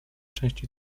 części